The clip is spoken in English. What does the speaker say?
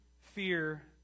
fear